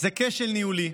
כשל ניהולי.